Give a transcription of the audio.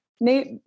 Nate